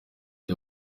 the